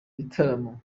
bitaramo